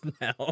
now